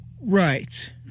Right